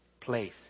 place